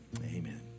amen